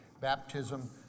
baptism